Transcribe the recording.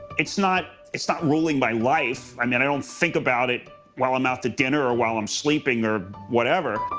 it's not it's not ruling my life. i mean, i don't think about it while i'm out to dinner, or while i'm sleeping, or whatever.